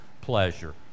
pleasure